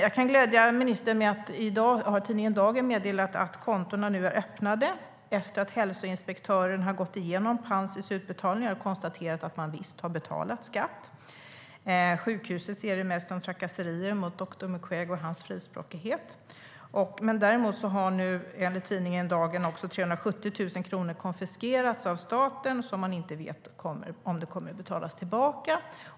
Jag kan glädja ministern med att tidningen Dagen i dag har meddelat att kontona nu är öppnade igen, efter att hälsoinspektören har gått igenom Panzis utbetalningar och konstaterat att man visst har betalat skatt. Sjukhuset ser det hela mest som trakasserier mot doktor Mukwege för hans frispråkighet. Dock har nu, också enligt tidningen Dagen, 370 000 kronor konfiskerats av staten, och man vet inte om dessa pengar kommer att betalas tillbaka.